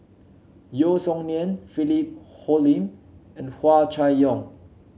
Yeo Song Nian Philip Hoalim and Hua Chai Yong